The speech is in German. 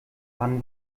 wann